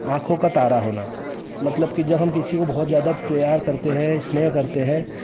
आँखों का तारा होना मतलब कि जब हम किसी को बहुत ज़्यादा प्यार करते हैं स्नेह करते हैं